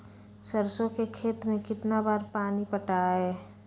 सरसों के खेत मे कितना बार पानी पटाये?